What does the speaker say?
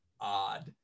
odd